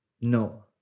No